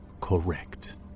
Correct